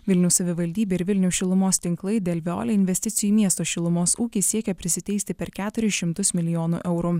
vilniaus savivaldybė ir vilniaus šilumos tinklai dėl veole investicijų miesto šilumos ūkį siekia prisiteisti per keturis šimtus milijonų eurų